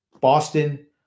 boston